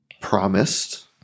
promised